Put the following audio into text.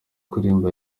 kuririmba